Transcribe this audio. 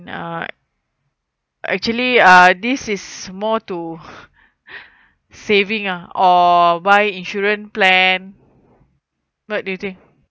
uh actually uh this is more to saving ah or buy insurance plan what do you think